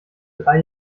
drei